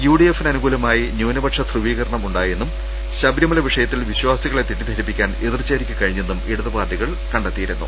യുഡിഎഫിന് അനുകൂലമായി ന്യൂനപക്ഷ ധ്രുവീകരണം ഉണ്ടാ യെന്നും ശബരിമല വിഷയത്തിൽ വിശ്വാസികളെ തെറ്റിധരിപ്പിക്കാൻ എതിർചേരിക്ക് കഴിഞ്ഞെന്നും ഇടതുപാർട്ടികൾ കണ്ടെത്തിയിരുന്നു